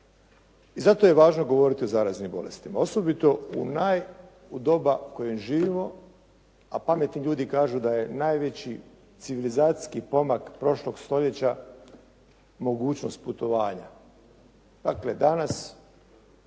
I zato je važno govoriti o zaraznim bolestima osobito u naj, u doba u kojem živimo, a pametni ljudi kažu da je najveći civilizacijski pomak prošlog stoljeća mogućnost putovanja. Dakle, danas